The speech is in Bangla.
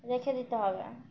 রেখে দিতে হবে